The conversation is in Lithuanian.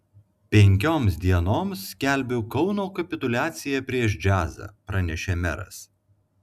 penkioms dienoms skelbiu kauno kapituliaciją prieš džiazą pranešė meras